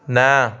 न